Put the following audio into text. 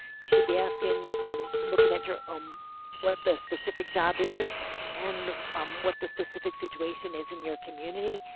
you should be asking yeah um looking at your um what the specific job is and um what the specific situation is in your community.